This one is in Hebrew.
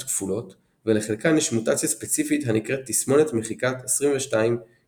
כפולות ולחלקן יש מוטציה ספציפית הנקראת תסמונת מחיקה 22q11,